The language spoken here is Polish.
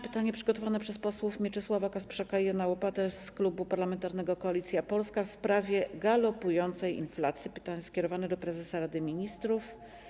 Pytanie przygotowane przez posłów Mieczysława Kasprzaka i Jana Łopatę z Klubu Parlamentarnego Koalicja Polska w sprawie galopującej inflacji jest skierowane do prezesa Rady Ministrów.